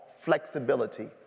flexibility